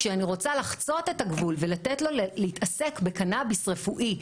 כשאני רוצה לחצות את הגבול ולתת לו להתעסק בקנאביס רפואי,